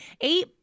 Eight